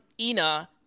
ina